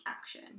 action